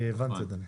אני הבנתי אדוני.